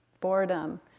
boredom